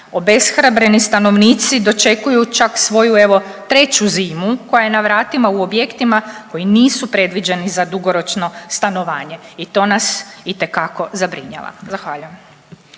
Obeshrabreni stanovnici dočekuju čak svoju evo treću zimu koja je na vratima u objektima koji nisu predviđeni za dugoročno stanovanje i to nas itekako zabrinjava. Zahvaljujem.